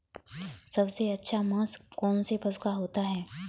सबसे अच्छा मांस कौनसे पशु का होता है?